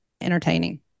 entertaining